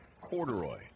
corduroy